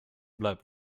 bleibt